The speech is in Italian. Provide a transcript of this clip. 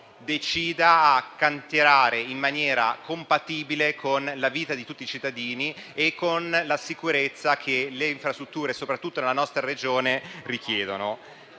decida a cantierare in maniera compatibile con la vita di tutti i cittadini e con la sicurezza che le infrastrutture, soprattutto nella nostra Regione, richiedono.